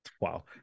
Wow